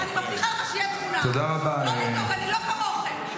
אני מבטיחה לך שתהיה תמונה --- אני לא כמוכם.